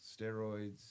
steroids